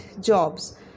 jobs